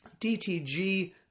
dtg